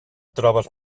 trobes